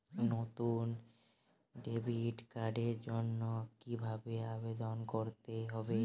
নতুন ডেবিট কার্ডের জন্য কীভাবে আবেদন করতে হবে?